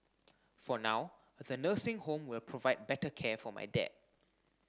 for now the nursing home will provide better care for my dad